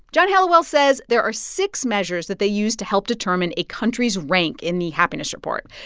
john helliwell says there are six measures that they use to help determine a country's rank in the happiness report.